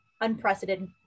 unprecedented